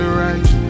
right